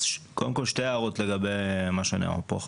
אז קודם כל, שתי הערות לגבי מה שנאמר פה.